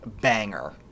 banger